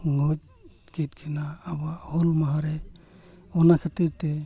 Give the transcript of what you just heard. ᱜᱚᱡᱠᱮᱫ ᱠᱤᱱᱟ ᱟᱵᱚᱣᱟᱜ ᱦᱩᱞ ᱢᱟᱦᱟᱨᱮ ᱚᱱᱟ ᱠᱷᱟᱹᱛᱤᱨ ᱛᱮ